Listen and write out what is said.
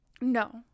No